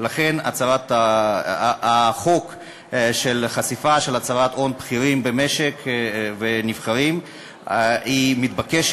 לכן הצעת החוק לחשיפה של הצהרת הון לבכירים במדינה היא מתבקשת,